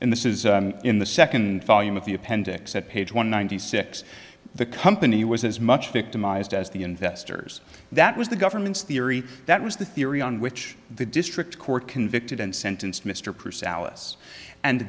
and this is in the second volume of the appendix at page one ninety six the company was as much victimized as the investors that was the government's theory that was the theory on which the district court convicted and sentenced mr purcey alice and